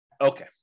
Okay